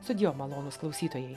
su dievu malonūs klausytojai